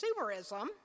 consumerism